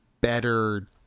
better